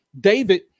David